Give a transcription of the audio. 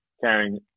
carrying